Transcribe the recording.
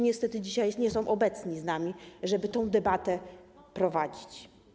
Niestety dzisiaj nie są obecni, nie są z nami, żeby tę debatę prowadzić.